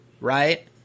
right